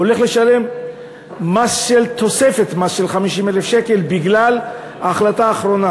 הולך לשלם תוספת מס של 50,000 שקלים בגלל ההחלטה האחרונה.